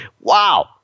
Wow